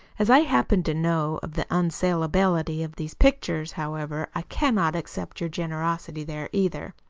as i happen to know of the unsalability of these pictures, however, i cannot accept your generosity there, either.